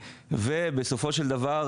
ובסופו של דבר,